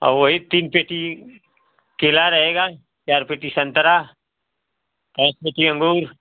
आ वही तीन पेटी केला रहेगा चार पेटी संतरा पाँच पेटी अंगूर